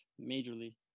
majorly